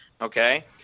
Okay